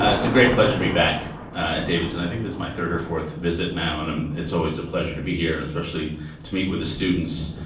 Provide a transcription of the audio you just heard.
ah it's a great pleasure to be back at davidson. i think this is my third or fourth visit now and um it's always a pleasure to be here and especially to meet with the students.